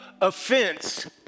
Offense